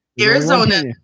Arizona